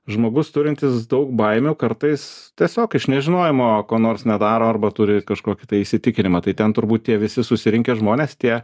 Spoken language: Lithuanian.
žmogus turintis daug baimių kartais tiesiog iš nežinojimo ko nors nedaro arba turi kažkokį tai įsitikinimą tai ten turbūt tie visi susirinkę žmonės tie